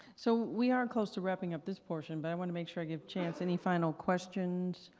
so, we are close to wrapping up this portion but i want to make sure i gave chance. any final questions